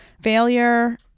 failure